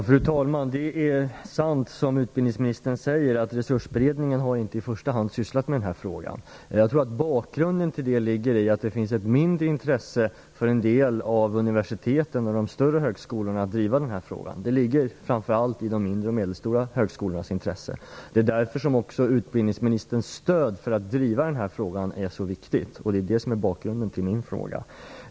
Fru talman! Det är sant, som utbildningsministern säger, att Resursberedningen inte i första hand har sysslat med denna fråga. Jag tror att bakgrunden till det är att en del av universiteten och de större högskolorna har mindre intresse av att driva denna fråga. Det är en fråga som framför allt ligger i de mindre och medelstora högskolornas intresse. Det är också därför som utbildningsministerns stöd för att driva denna fråga är så viktigt, och det är bakgrunden till min fråga.